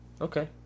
Okay